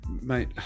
Mate